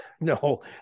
no